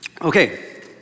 Okay